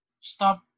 stop